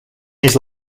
his